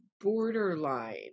borderline